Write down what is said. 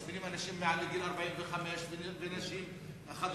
מזמינים אנשים מעל גיל 45 ונשים חד-הוריות,